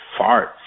farts